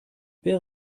wer